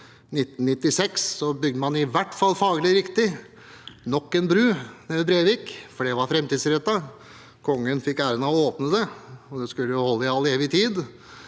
1996 bygde man i hvert fall faglig riktig nok en bro i Brevik, for det var framtidsrettet. Kongen fikk æren av å åpne den, og den skulle holde i evig tid.